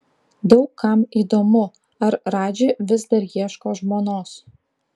daug kam įdomu ar radži vis dar ieško žmonos